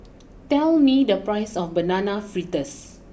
tell me the price of Banana Fritters